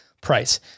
Price